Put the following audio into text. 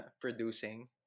producing